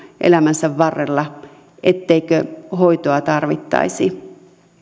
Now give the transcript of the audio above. elämänsä varrella etteikö hoitoa tarvittaisi